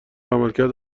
عملکرد